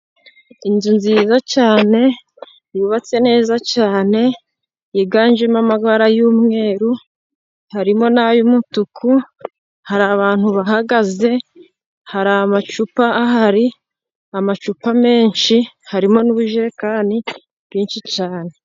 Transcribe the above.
Inzu nziza cyane yubatse neza cyane, yiganjemo amabara y'umweru, harimo n'ay'umutuku, hari abantu bahagaze, hari amacupa ahari, amacupa menshi, harimo n'ubujerekani bwinshi cyane.